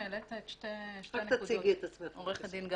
כמובן שתהיה אפשרות לשנות את זה בחקיקת משנה באישור וועדה,